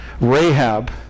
Rahab